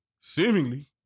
Seemingly